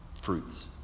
fruits